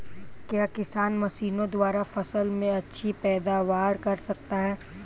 क्या किसान मशीनों द्वारा फसल में अच्छी पैदावार कर सकता है?